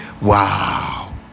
Wow